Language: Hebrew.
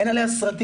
אין עליה סרטים,